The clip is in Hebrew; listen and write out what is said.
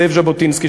זאב ז'בוטינסקי,